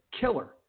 killer